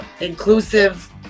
inclusive